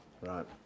Right